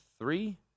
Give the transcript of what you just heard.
three